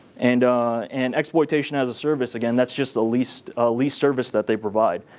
and and exploitation-as-a-service, again, that's just a leased ah leased service that they provide,